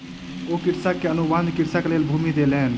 ओ कृषक के अनुबंध कृषिक लेल भूमि देलैन